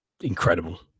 incredible